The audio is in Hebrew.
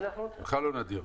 בכלל לא נדיר.